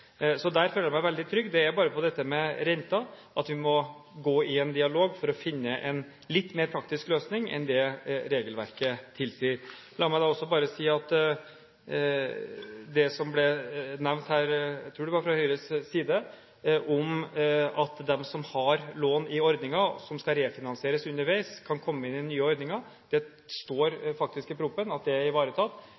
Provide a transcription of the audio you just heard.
Så der føler jeg meg veldig trygg. Det er bare når det gjelder dette med renten, at vi må gå i en dialog for å finne en litt mer praktisk løsning enn det regelverket tilsier. La meg også bare si om det som ble nevnt her – jeg tror det var fra Høyre – at de som har lån i ordningen, og som skal refinansiere underveis, kan komme innunder den nye ordningen. Det står